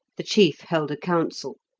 the chief held a council,